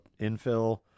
infill